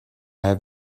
have